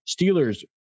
Steelers